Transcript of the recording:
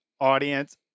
audience